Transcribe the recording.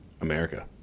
America